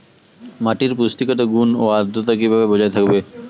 মাটির পুষ্টিগত গুণ ও আদ্রতা কিভাবে বজায় থাকবে?